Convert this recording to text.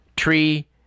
tree